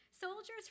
soldiers